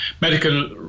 Medical